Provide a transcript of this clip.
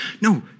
No